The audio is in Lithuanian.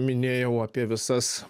minėjau apie visas